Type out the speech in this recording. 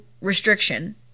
restriction